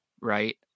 right